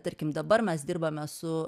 tarkim dabar mes dirbame su